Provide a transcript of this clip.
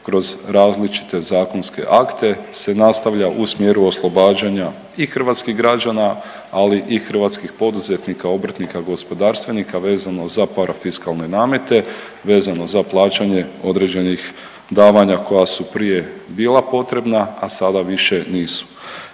kroz različite zakonske akte se nastavlja u smjeru oslobađanja i hrvatskih građana, ali i hrvatskih poduzetnika, obrtnika, gospodarstvenika vezano za parafiskalne namete, vezano za plaćanje određenih davanja koja su prije bila potrebna, a sada više nisu.